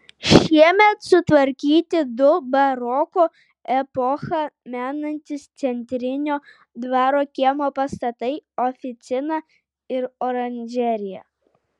šiemet sutvarkyti du baroko epochą menantys centrinio dvaro kiemo pastatai oficina ir oranžerija